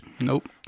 Nope